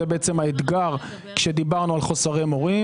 זה האתגר כשדיברנו על חוסרי מורים.